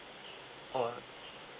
oh